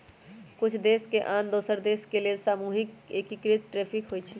कुछ देश के आन दोसर देश के लेल सामूहिक एकीकृत टैरिफ होइ छइ